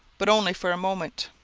but only for a moment.